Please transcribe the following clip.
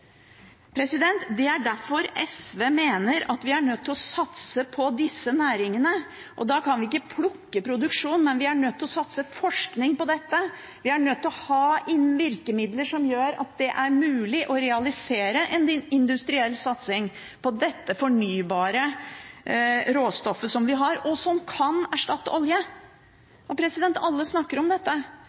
Det er derfor SV mener at vi er nødt til å satse på disse næringene. Da kan vi ikke plukke produksjon, men vi er nødt til å satse på forskning på dette. Vi må ha inn virkemidler som gjør at det er mulig å realisere en industriell satsing på dette fornybare råstoffet som vi har, og som kan erstatte olje. Alle snakker om